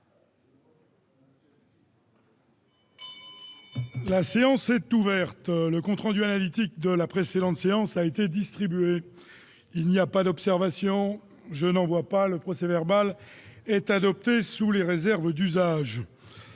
La séance est ouverte. Le compte rendu analytique de la précédente séance a été distribué. Il n'y a pas d'observation ?... Le procès-verbal est adopté sous les réserves d'usage.